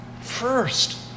first